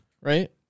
right